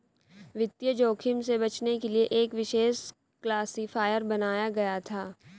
वित्तीय जोखिम से बचने के लिए एक विशेष क्लासिफ़ायर बनाया गया था